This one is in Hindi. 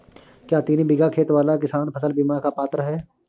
क्या तीन बीघा खेत वाला किसान फसल बीमा का पात्र हैं?